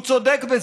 הוא צודק בזה.